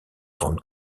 grande